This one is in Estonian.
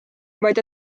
vaid